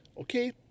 okay